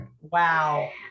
Wow